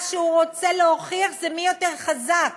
מה שהוא רוצה להוכיח זה מי יותר חזק,